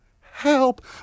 help